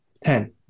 Ten